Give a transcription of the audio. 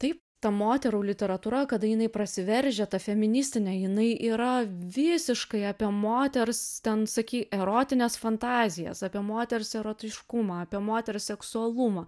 taip ta moterų literatūra kada jinai prasiveržia ta feministinė jinai yra visiškai apie moters ten sakei erotines fantazijas apie moters erotiškumą apie moterų seksualumą